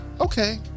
Okay